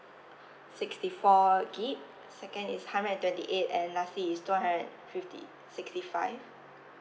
sixty four gig second is hundred and twenty eight and lastly is two hundred fifty sixty five